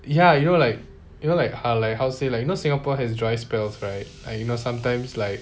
ya you know like you know like ah like how to say like you know singapore has dry spells right I know sometimes like